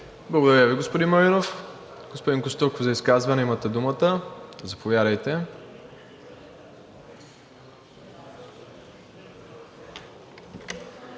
Благодаря Ви, господин Маринов. Господин Костурков, за изказване имате думата. Заповядайте.